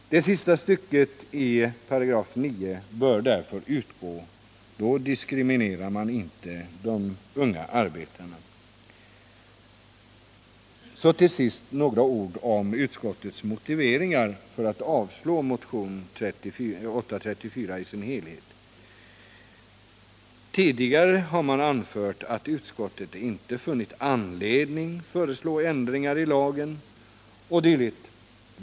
Det sista stycket i 39 § bör därför utgå. Då diskriminerar man inte de unga arbetarna. Till sist några ord om utskottets motiveringar för att avstyrka motionen 834 Tidigare har man anfört att utskottet inte funnit anledning föreslå ändringar i lagen o. d.